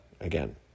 again